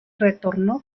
retornó